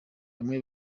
bamwe